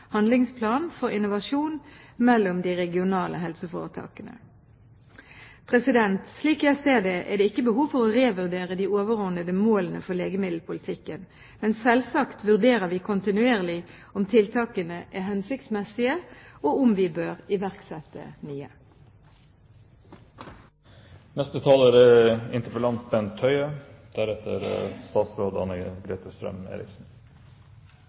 handlingsplan for innovasjon mellom de regionale helseforetakene. Slik jeg ser det, er det ikke behov for å revurdere de overordnede målene for legemiddelpolitikken. Men selvsagt vurderer vi kontinuerlig om tiltakene er hensiktsmessige, og om vi bør iverksette